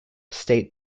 state